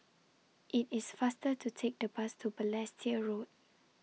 IT IS faster to Take The Bus to Balestier Road